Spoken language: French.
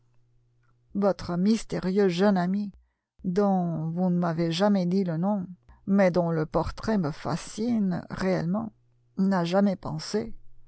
votre mystérieux jeune ami dont vous ne m'avez jamais dit le nom mais dont le portrait me fascine réellement n'a jamais pensé